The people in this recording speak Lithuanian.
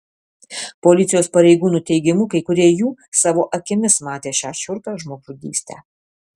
policijos pareigūnų teigimu kai kurie jų savo akimis matė šią šiurpią žmogžudystę